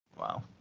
Wow